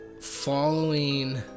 following